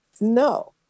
No